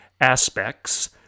aspects